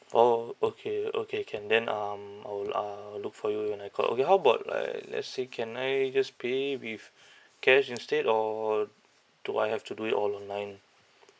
orh okay okay can then um I will uh I'll look for you when I call okay how about like let's say can I just pay it with cash instead or do I have to do it all online